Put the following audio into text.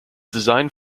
designed